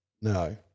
no